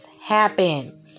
happen